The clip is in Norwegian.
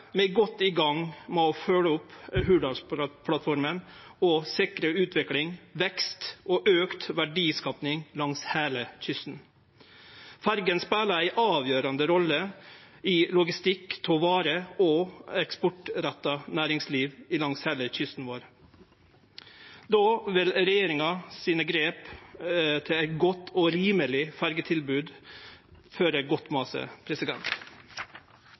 er godt i gang med å følgje opp Hurdalsplattforma og sikre utvikling, vekst og auka verdiskaping langs heile kysten. Ferjene spelar ei avgjerande rolle i logistikk av varer og eksportretta næringsliv langs heile kysten vår. Då vil grepa til regjeringa for eit godt og rimeleg ferjetilbod føre godt